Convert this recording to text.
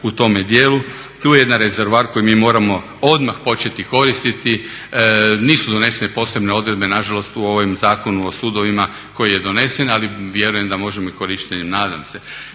u tome dijelu. Tu je jedan rezervoar koji mi moramo odmah početi koristiti. Nisu donesene posebne odredbe nažalost u ovom Zakonu o sudovima koji je donesen ali vjerujem da možemo i korištenjem, nadam se,